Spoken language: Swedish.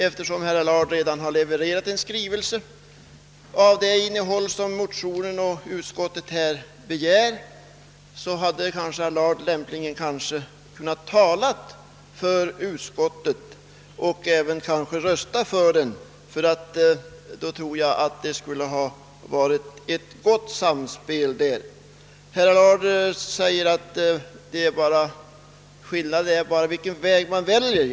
Eftersom herr Allard redan har levererat en skrivelse av samma innebörd som motionen och utskottets hemställan, hade herr Allard lämpligen kunnat tala för utskottet och kanske även röstat för dess förslag. Jag tror att ett gott samspel då skulle ha åstadkommits. Herr Allard säger att skillnaden bara ligger i vilken väg man väljer.